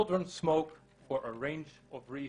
ילדים מעשנים מסיבות רבות,